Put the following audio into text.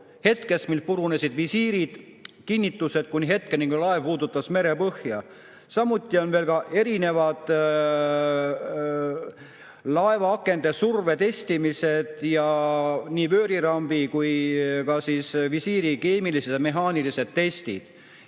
hetkest, mil purunesid visiirid, kinnitused, kuni hetkeni, kui laev puudutas merepõhja. Samuti on vaja teha laevaakende survetestimised ja vöörirambi ning visiiri keemilised ja mehaanilised testid.